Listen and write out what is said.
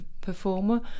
Performer